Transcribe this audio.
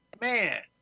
Man